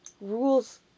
rules